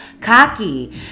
cocky